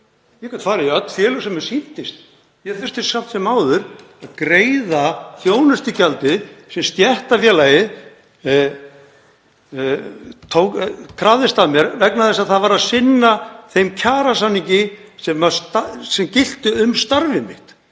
Ég gat farið í öll félög sem mér sýndist. Ég þurfti samt sem áður að greiða þjónustugjaldið sem stéttarfélagið krafðist af mér vegna þess að það sinnti þeim kjarasamningi sem gilti um starf mitt.